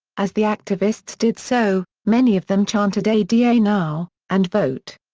as the activists did so, many of them chanted ada ah now, and vote.